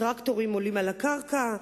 טרקטורים עולים על הקרקע,